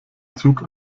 zug